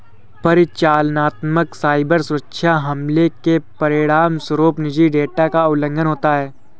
परिचालनात्मक साइबर सुरक्षा हमलों के परिणामस्वरूप निजी डेटा का उल्लंघन होता है